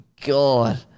God